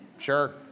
Sure